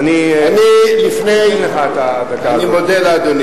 אני לפני, בבקשה.